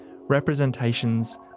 Representations